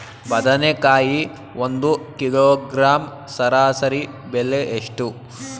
ಬದನೆಕಾಯಿ ಒಂದು ಕಿಲೋಗ್ರಾಂ ಸರಾಸರಿ ಬೆಲೆ ಎಷ್ಟು?